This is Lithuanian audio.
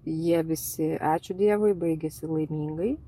jie visi ačiū dievui baigėsi laimingai